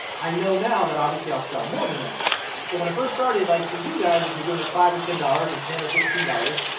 i know now that obviously i'll sell more than that but when i first started like for you guys if doing a five or ten dollars, or ten or fifteen dollars,